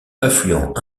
affluent